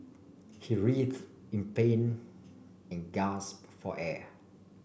he writhed in pain and gasp for air